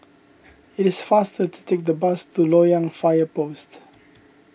it is faster to take the bus to Loyang Fire Post